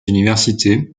universités